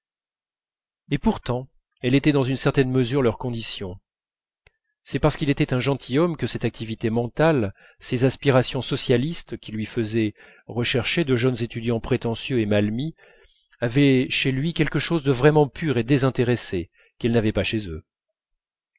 et pourtant elle était dans une certaine mesure leur condition c'est parce qu'il était un gentilhomme que cette activité mentale ces aspirations socialistes qui lui faisaient rechercher de jeunes étudiants prétentieux et mal mis avaient chez lui quelque chose de vraiment pur et désintéressé qu'elles n'avaient pas chez eux